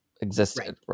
existed